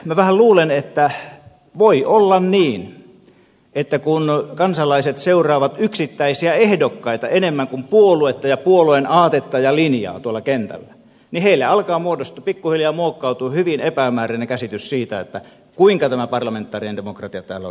minä vähän luulen että voi olla niin että kun kansalaiset seuraavat yksittäisiä ehdokkaita enemmän kuin puoluetta ja puolueen aatetta ja linjaa tuolla kentällä niin heille alkaa muodostua pikkuhiljaa muokkautua hyvin epämääräinen käsitys siitä kuinka tämä parlamentaarinen demokratia täällä oikein toimii